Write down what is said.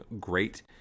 great